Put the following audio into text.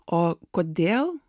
o kodėl